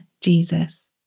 Jesus